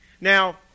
Now